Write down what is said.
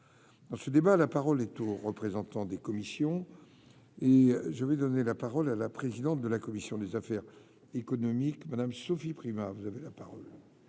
dans ce débat, la parole est aux représentants des commissions et je vais donner la parole à la présidente de la commission des affaires économiques Madame Sophie Primas vous avez la parole.